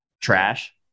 trash